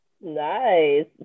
Nice